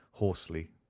hoarsely,